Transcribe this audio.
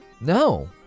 no